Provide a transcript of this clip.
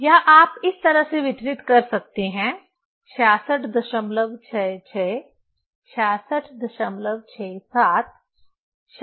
या आप इस तरह वितरित कर सकते हैं 6666 6667 6667